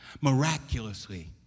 miraculously